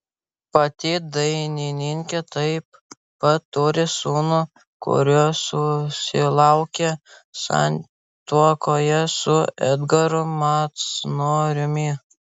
pati dainininkė taip pat turi sūnų kurio susilaukė santuokoje su edgaru macnoriumi